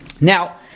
Now